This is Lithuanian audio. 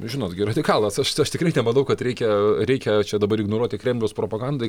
žinot gi radikalas aš aš tikrai nemanau kad reikia reikia čia dabar ignoruoti kremliaus propagandą